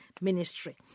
ministry